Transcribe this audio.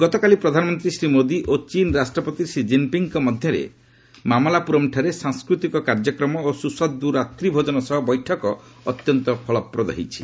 ଗତକାଲି ପ୍ରଧାନମନ୍ତୀ ଶ୍ରୀ ମୋଦୀ ଓ ଚୀନ୍ ରାଷ୍ଟ୍ରପତି ଶ୍ରୀ ଜିନ୍ପିଙ୍ଗ୍ଙ୍କ ମଧ୍ୟରେ ମାମଲାପୁରମ୍ଠାରେ ସାଂସ୍କୃତିକ କାର୍ଯ୍ୟକ୍ରମ ଓ ସୁସ୍ୱାଦୁ ରାତ୍ରୀ ଭୋଜନ ସହ ବୈଠକ ଅତ୍ୟନ୍ତ ଫଳପ୍ରଦ ହୋଇଛି